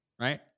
right